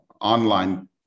online